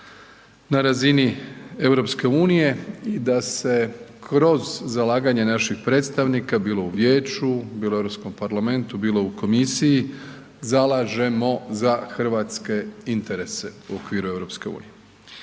na razini EU, da se kroz zalaganje naših predstavnika, bilo u vijeću, bilo u Europskom parlamentu, bilo u komisiji zalažemo za hrvatske interese u okviru EU.